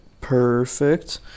perfect